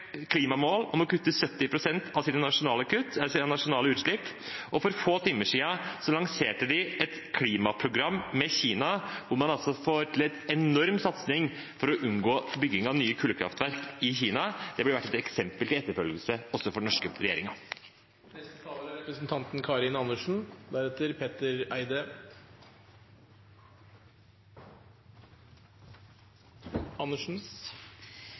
klimamål om å kutte 70 pst. av sine nasjonale utslipp, og for få timer siden lanserte de et klimaprogram sammen med Kina, hvor man får til en enorm satsing for å unngå byggingen av nye kullkraftverk i Kina. Det er et eksempel til etterfølgelse, også for den norske